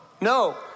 no